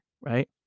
right